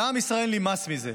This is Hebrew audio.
לעם ישראל נמאס מזה.